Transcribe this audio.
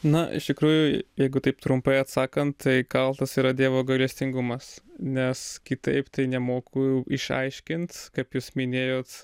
na iš tikrųjų jeigu taip trumpai atsakant tai kaltas yra dievo gailestingumas nes kitaip nemoku išaiškint kaip jūs minėjot